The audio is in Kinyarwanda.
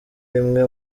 rimwe